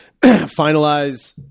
finalize